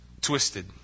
twisted